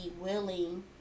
willing